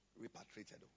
repatriated